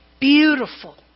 beautiful